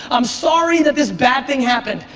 i'm sorry that this bad thing happened.